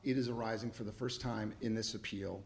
is arising for the first time in this appeal